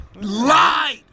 Lied